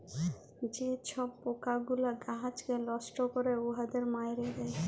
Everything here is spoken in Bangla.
যে ছব পকাগুলা গাহাচকে লষ্ট ক্যরে উয়াদের মাইরে দেয়